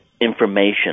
information